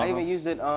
i even use it,